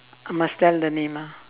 must tell the name ah